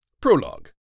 Prologue